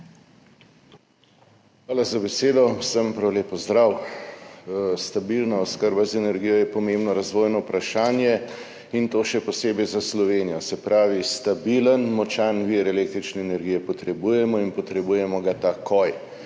Hvala za besedo. Vsem prav lep pozdrav! Stabilna oskrba z energijo je pomembno razvojno vprašanje, in to še posebej za Slovenijo. Se pravi, stabilen, močan vir električne energije potrebujemo in potrebujemo ga takoj.